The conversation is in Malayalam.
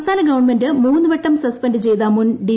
സംസ്ഥാന ഗവൺമെന്റ് മൂന്നുവട്ടം സസ്പെന്റ് ചെയ്ത മുൻ ഡി